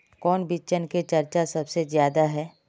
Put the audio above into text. कौन बिचन के चर्चा सबसे ज्यादा है?